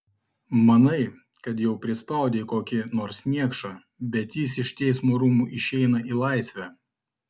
manai kad jau prispaudei kokį nors niekšą bet jis iš teismo rūmų išeina į laisvę